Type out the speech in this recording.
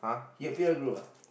he your P_W group ah